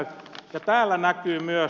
ja täällä näkyy myös